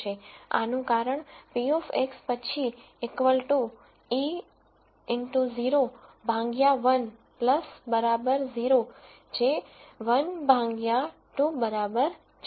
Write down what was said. આનું કારણ p of X પછી e 0 ભાંગ્યા 1 બરાબર 0 જે 1 ભાંગ્યા 2 બરાબર છે